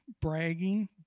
bragging